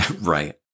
Right